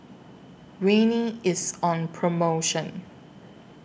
Rene IS on promotion